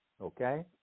Okay